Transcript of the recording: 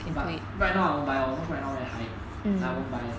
but right now I won't buy lor cause right now very high I won't buy it